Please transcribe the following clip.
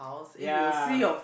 ya